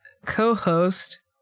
co-host